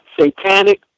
satanic